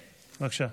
בבקשה.